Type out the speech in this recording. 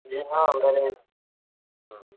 جی ہاں میں نے